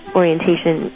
orientation